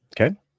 Okay